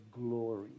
glory